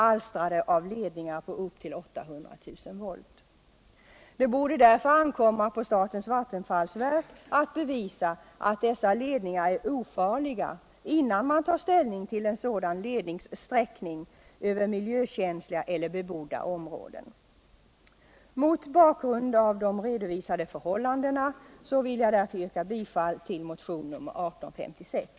alstrade av ledningar på upp till 800 000 voh. Det borde därför ankomma på statens vattenfallsverk att bevisa alt dessa ledningar är ofarliga, innan man tar ställning till en sådan lednings sträckning över miljökänsliga eller bebodda områden. Mot bakgrund av de redovisade förhållandena vill jag därför yrka bifall till motionen 1856.